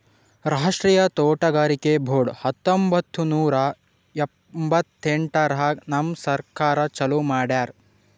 ರಾಷ್ಟ್ರೀಯ ತೋಟಗಾರಿಕೆ ಬೋರ್ಡ್ ಹತ್ತೊಂಬತ್ತು ನೂರಾ ಎಂಭತ್ತೆಂಟರಾಗ್ ನಮ್ ಸರ್ಕಾರ ಚಾಲೂ ಮಾಡ್ಯಾರ್